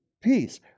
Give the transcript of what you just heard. peace